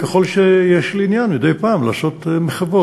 ככל שיש לי עניין מדי פעם לעשות מחוות,